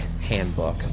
Handbook